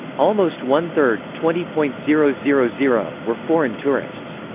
almost one third, twenty point zero zero zero, were foreign tourists.